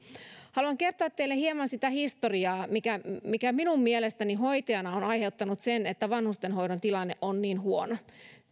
haluan kertoa teille hieman sitä historiaa mikä mikä minun mielestäni hoitajana on aiheuttanut sen että vanhustenhoidon tilanne on niin huono